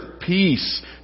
peace